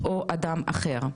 או אדם אחר,